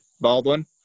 Baldwin